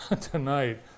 tonight